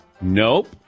Nope